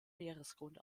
meeresgrund